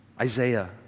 Isaiah